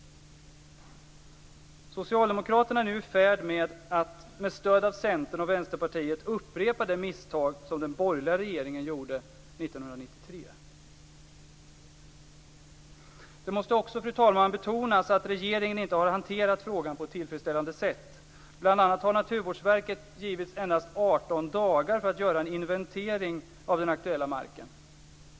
Socialdemokraterna är nu i färd med att, med stöd av Centern och Vänsterpartiet, upprepa det misstag som den borgerliga regeringen gjorde 1993. Det måste också betonas, fru talman, att regeringen inte har hanterat frågan på ett tillfredsställande sätt. Bl.a. har Naturvårdsverket givits endast 18 dagar för att göra en inventering av den aktuella marken.